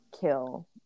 kill